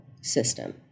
system